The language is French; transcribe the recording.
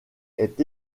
est